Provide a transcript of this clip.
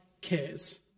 cares